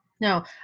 No